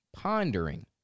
pondering